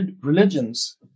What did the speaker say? religions